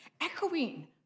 echoing